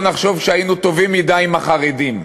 שלא נחשוב שהיינו טובים מדי עם החרדים.